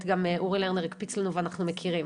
גם אורי לרנר הקפיץ לנו ואנחנו מכירים,